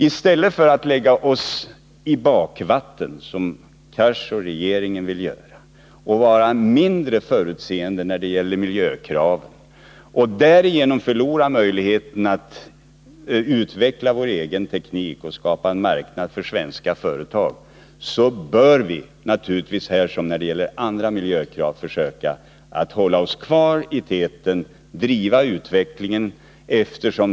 I stället för att lägga oss i bakvatten, som Hadar Cars och regeringen vill göra, och vara mindre förutseende beträffande miljökraven — och därigenom förlora möjligheterna att utveckla vår egen teknik och skapa en marknad för svenska företag — bör vi naturligtvis försöka hålla oss kvar i täten och driva utvecklingen.